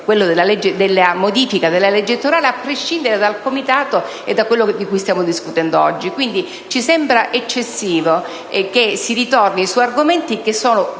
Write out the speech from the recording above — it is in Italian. della modifica della legge elettorale a prescindere dal Comitato e da quello di cui stiamo discutendo oggi. Ci sembra quindi eccessivo che si ritorni su argomenti che sono